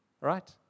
Right